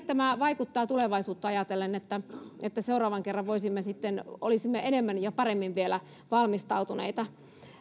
tämä vaikuttaa tulevaisuutta ajatellen niin että seuraavan kerran olisimme enemmän ja vielä paremmin valmistautuneita